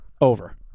over